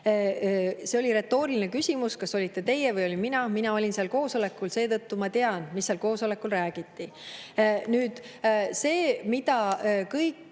See oli retooriline küsimus, kas olite teie või olin mina. Mina olin seal koosolekul, seetõttu ma tean, mis seal koosolekul räägiti. See, mida